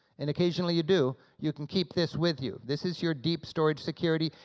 and occasionally you do, you can keep this with you. this is your deep storage security,